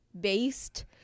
based